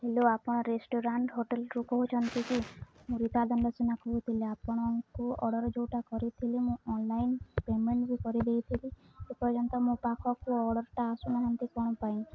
hello ଆପଣ restaurant ହୋଟେଲରୁ କହୁଛନ୍ତି କି ମୁଁ ରିତା ଦଣ୍ଡସେନା କହୁଥିଲି ଆପଣଙ୍କୁ ଅର୍ଡ଼ର ଯେଉଁଟା କରିଥିଲି ମୁଁ ଅନଲାଇନ୍ ପେମେଣ୍ଟ ବି କରିଦେଇଥିଲି ଏପର୍ଯ୍ୟନ୍ତ ମୋ ପାଖକୁ ଅର୍ଡ଼ରଟା ଆସୁନାହାନ୍ତି କ'ଣ ପାଇଁ